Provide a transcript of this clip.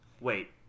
Wait